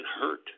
hurt